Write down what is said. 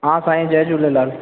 हा साईं जय झूलेलाल